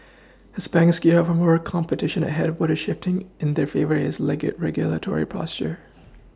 as banks gear up for more competition ahead what is shifting in their favour is regulatory posture